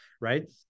right